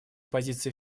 позиции